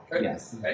Yes